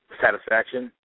satisfaction